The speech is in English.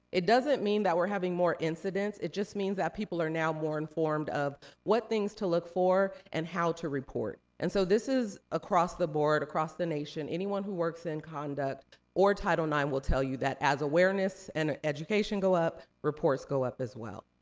it doesn't mean that we're having more incidents, it just means that people are now more informed of what things to look for, and how to report. and so this is across the board, across the nation, anyone who works in conduct or title ix will tell you that as awareness and education go up, reports go up as well.